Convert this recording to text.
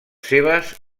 seves